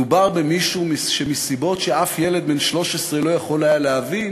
מדובר במישהו שמסיבות שאף ילד בן 13 לא יכול להבין